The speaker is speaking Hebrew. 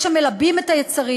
יש המלבים את היצרים,